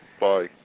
Bye